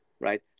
right